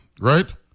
right